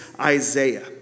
Isaiah